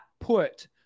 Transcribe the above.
put